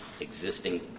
existing